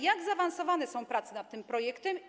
Jak zaawansowane są prace nad tym projektem?